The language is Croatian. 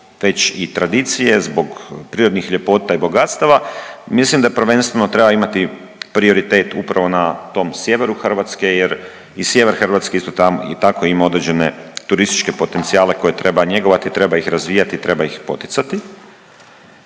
već i tradicije, zbog prirodnih ljepota i bogatstava. Mislim da prvenstveno treba imati prioritet upravo na tom sjeveru Hrvatske, jer i sjever Hrvatske isto tako ima određene turističke potencijale koje treba njegovati, treba ih razvijati, treba ih poticati.